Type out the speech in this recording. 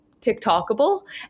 TikTokable